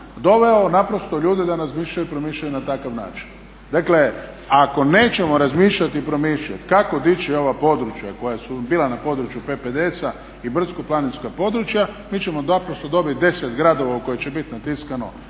doveo naprosto ljude da razmišljaju i promišljaju na takav način. Dakle ako nećemo razmišljati i promišljati kako dići ova područja koja su bila na području PPDS-a i brdsko-planinska područja mi ćemo naprosto dobiti 10 gradova u kojima će biti natiskano